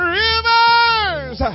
rivers